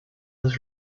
his